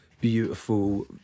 Beautiful